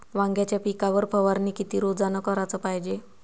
वांग्याच्या पिकावर फवारनी किती रोजानं कराच पायजे?